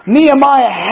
Nehemiah